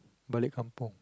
balik kampung